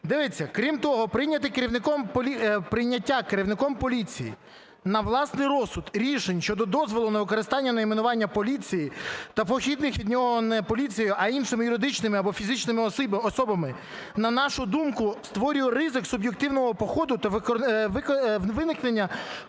Дивіться, крім того, "прийняття керівником поліції на власний розсуд рішень щодо дозволу на використання найменування "поліції" та похідних від нього не поліцією, а іншими юридичними або фізичними особами, на нашу думку, створює ризик суб'єктивного підходу та виникнення